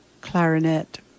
clarinet